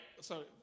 sorry